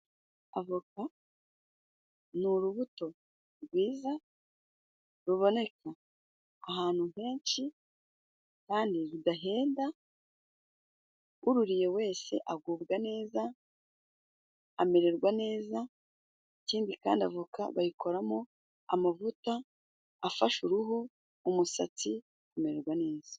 Avoka ni urubuto rwiza, ruboneka ahantu henshi kandi bidahenda, ururiye wese agubwa neza, amererwa neza, ikindi kandi avoka bayikoramo amavuta afasha uruhu, umusatsi kumererwa neza.